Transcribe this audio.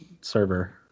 server